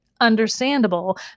understandable